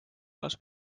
alles